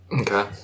Okay